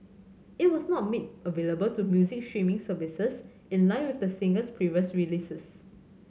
it was not made available to music streaming services in line with the singer's previous releases